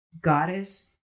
goddess